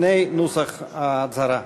הנה נוסח ההצהרה: